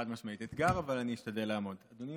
חד-משמעית אתגר, אבל אני אשתדל לעמוד בו.